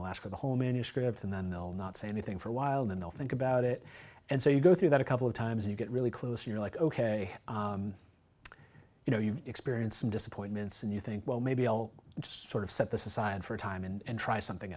i'll ask for the whole manuscript and then they'll not say anything for a while then they'll think about it and so you go through that a couple of times you get really close you're like ok you know you've experienced some disappointments and you think well maybe i'll just sort of set this aside for a time and try something